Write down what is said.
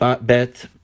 bet